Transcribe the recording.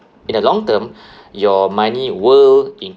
in the long term your money will